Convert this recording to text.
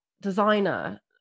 designer